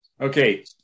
Okay